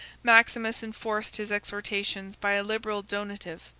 maximus enforced his exhortations by a liberal donative,